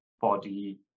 body